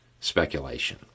speculation